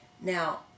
now